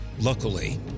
Luckily